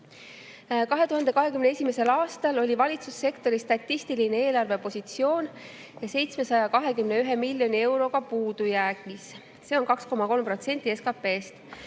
2021. aastal oli valitsussektori statistiline eelarvepositsioon 721 miljoni euroga puudujäägis, mis on 2,3% SKT-st.